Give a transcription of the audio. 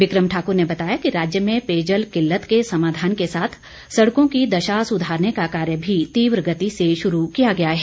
बिक्रम ठाक्र ने बताया कि राज्य में पेयजल किल्लत के समाधान के साथ सड़कों की दशा सुधारने का कार्य भी तीव्र गति से शुरू किया गया है